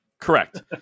Correct